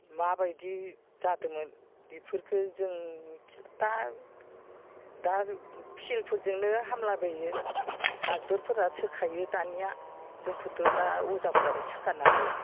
माबायदि जादोंमोन बेफोरखौ जों मिथिला दा दा फिलफोरजोंनो हामला बाइयो डाक्टरफोरा सोखायो दानिया जोंखौथ' दा अजाफ्राबो सोखानो हाला